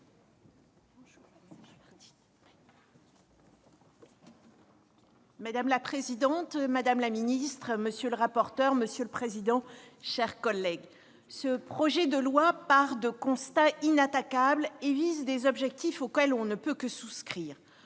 Madame la présidente, madame la ministre, monsieur le rapporteur, monsieur le président de la commission, mes chers collègues, ce projet de loi part de constats inattaquables et répond à des objectifs auxquels on ne peut que souscrire